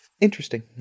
interesting